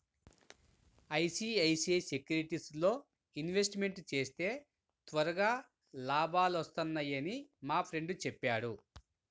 ICICI సెక్యూరిటీస్లో investment చేస్తే త్వరగా లాభాలొత్తన్నయ్యని మా ఫ్రెండు చెప్పాడు